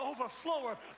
overflower